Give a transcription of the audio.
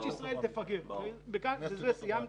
בזה סיימתי.